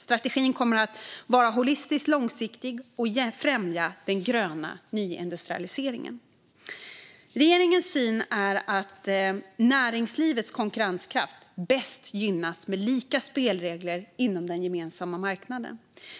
Strategin kommer att vara holistiskt långsiktig och främja den gröna nyindustrialiseringen. Regeringens syn är att näringslivets konkurrenskraft bäst gynnas med lika spelregler inom den gemensamma marknaden.